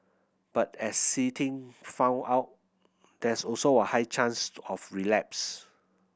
but as See Ting found out there is also a high chance to of relapse